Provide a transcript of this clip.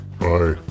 Bye